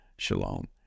shalom